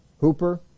hooper